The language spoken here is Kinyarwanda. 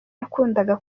yakundaga